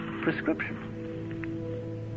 prescription